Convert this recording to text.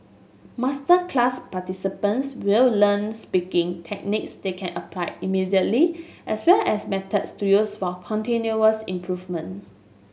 masterclass participants will learn speaking techniques they can apply immediately as well as methods to use for continuous improvement